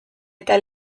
eta